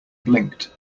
blinked